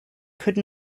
could